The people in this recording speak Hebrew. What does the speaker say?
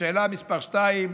לשאלה מס' 2,